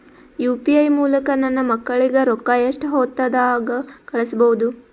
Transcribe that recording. UPI ಮೂಲಕ ನನ್ನ ಮಕ್ಕಳಿಗ ರೊಕ್ಕ ಎಷ್ಟ ಹೊತ್ತದಾಗ ಕಳಸಬಹುದು?